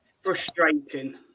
Frustrating